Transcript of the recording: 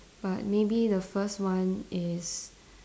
but maybe the first one is